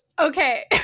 Okay